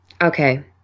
Okay